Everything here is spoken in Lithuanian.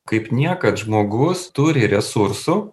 kaip niekad žmogus turi resursų